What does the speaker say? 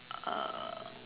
uh